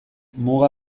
muga